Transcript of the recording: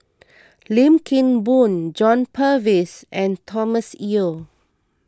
Lim Kim Boon John Purvis and Thomas Yeo